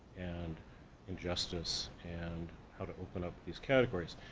and injustice, and how to open up these categories.